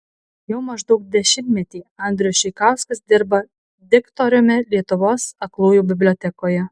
jau maždaug dešimtmetį audrius čeikauskas dirba diktoriumi lietuvos aklųjų bibliotekoje